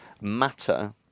matter